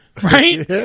Right